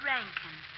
Rankin